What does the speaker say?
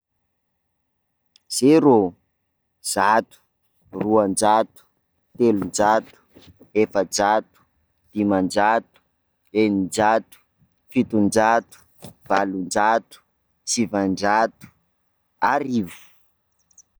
Zéro, zato, roanjato, telonjato, efajato, dimanjato, eninjato, fitonjato, valonjato, sivinjato, arivo.